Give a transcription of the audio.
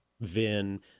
VIN